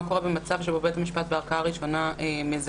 מה קורה במצב שבו בית המשפט בערכאה ראשונה מזכה,